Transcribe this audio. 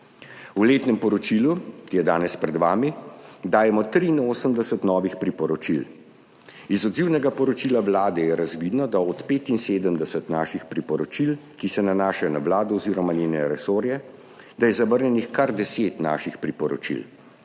V letnem poročilu, ki je danes pred vami, dajemo 83 novih priporočil. Iz odzivnega poročila Vlade je razvidno, da je od 75 naših priporočil, ki se nanašajo na Vlado oziroma njene resorje, zavrnjenih kar deset naših priporočil.